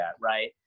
Right